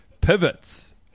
pivots